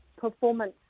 performance